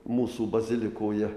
mūsų bazilikoje